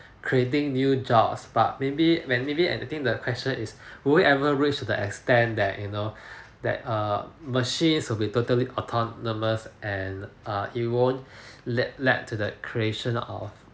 creating new jobs but maybe when maybe and the thing the question is that whoever reach the extent that you know that uh machines will be totally autonomous and err it won't let led the creation of